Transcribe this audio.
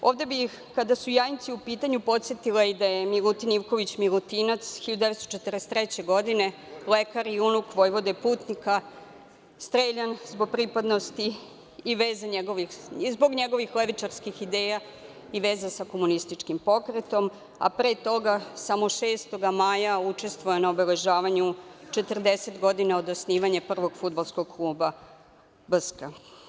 Ovde bih, kada su Jajinci u pitanju, podsetila i da je Milutin Ivković Milutinac, 1943. godine lekar i unuk Vojvode Putnika streljan zbog pripadnosti i zbog njegovih levičarskih ideja i veze sa komunističkim pokretom, a pre toga samo 6. maja učestvuje na obeležavanju 40 godina od osnivanja prvog fudbalskog kluba „BSK“